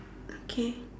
okay